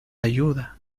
ayuda